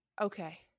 Okay